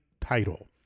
title